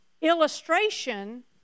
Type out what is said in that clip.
illustration